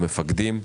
מפקדים,